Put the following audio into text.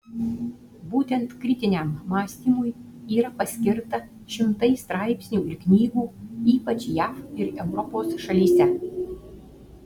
būtent kritiniam mąstymui yra paskirta šimtai straipsnių ir knygų ypač jav ir europos šalyse